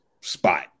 spot